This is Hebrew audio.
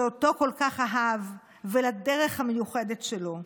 שאותו כל כך אהב, ולדרך המיוחדת שלו.